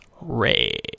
Ray